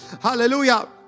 Hallelujah